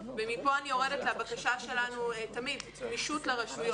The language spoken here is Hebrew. ומפה אני יורדת לבקשה שלנו תמיד, גמישות לרשויות.